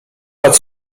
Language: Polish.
lat